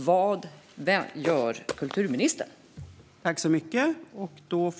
Vad gör kulturministern?